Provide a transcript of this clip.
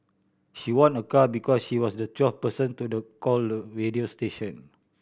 she won a car because she was the twelfth person to the caller radio station